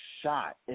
shot